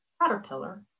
Caterpillar